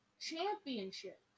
championship